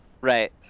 Right